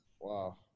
wow